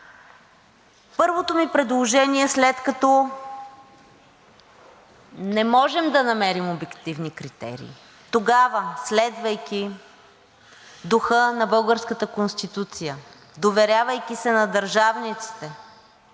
Първото ми предложение, след като не можем да намерим обективни критерии, тогава, следвайки духа на българската Конституция, доверявайки се на държавниците,